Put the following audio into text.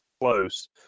close